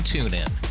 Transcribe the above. TuneIn